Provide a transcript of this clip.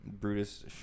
brutus